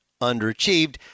underachieved